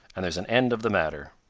and there's an end of the matter.